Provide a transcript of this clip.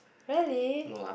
really